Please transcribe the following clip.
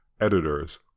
editors